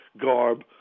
garb